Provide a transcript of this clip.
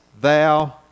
thou